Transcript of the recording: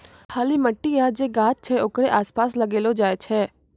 खाली मट्टी या जे गाछ छै ओकरे आसपास लगैलो जाय छै